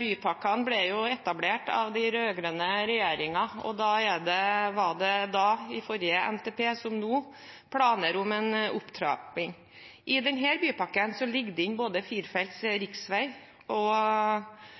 Bypakkene ble etablert av den rød-grønne regjeringen, og det var da, i forrige NTP som nå, planer om en opptrapping. I denne bypakken ligger det inne både firefelts riksvei og